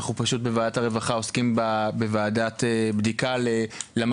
אנחנו פשוט בוועדת הרווחה עוסקים בוועדת בדיקה למוות